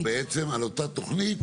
עכשיו מדובר בעצם על אותה תוכנית,